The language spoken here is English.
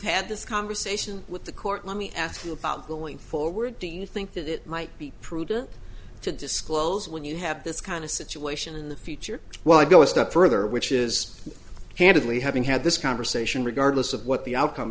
had this conversation with the court let me ask you about going forward do you think that it might be prudent to disclose when you have this kind of situation in the future well i go a step further which is handedly having had this conversation regardless of what the outcome